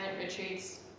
retreats